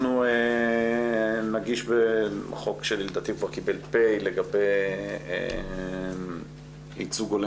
אנחנו נגיש חוק שלדעתי כבר קיבל פ' לגבי ייצוג הולם